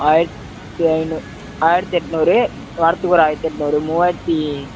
ஆயிரத்தி ஐநூ ஆயிரத்தி எட்நூறு வர்றதுக்கு ஒரு ஆயிரத்தி எட்நூறு மூவாயிரத்தி